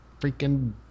freaking